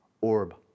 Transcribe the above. orb